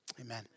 Amen